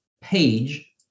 page